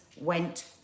went